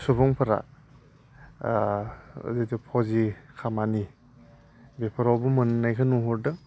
सुबुंफोरा जितु फौजि खामानि बेफोरावबो मोननायखौ नुहुरदों